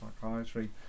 psychiatry